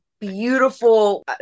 beautiful